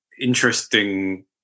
interesting